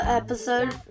episode